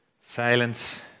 Silence